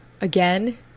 again